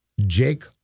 Jake